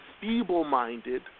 feeble-minded